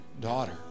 Daughter